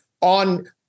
on